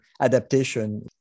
adaptation